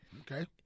Okay